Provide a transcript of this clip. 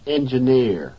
Engineer